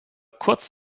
kurz